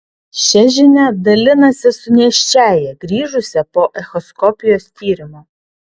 šia žinia dalinasi su nėščiąja grįžusia po echoskopijos tyrimo